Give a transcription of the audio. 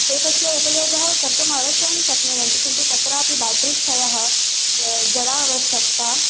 ते तस्य उपयोगं कर्तुम् अवश्यं शक्नुवन्ति किन्तु तत्रापि ब्याट्री क्षयः जलावश्यक्ता